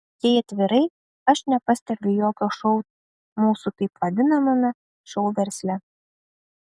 jei atvirai aš nepastebiu jokio šou mūsų taip vadinamame šou versle